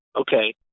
Okay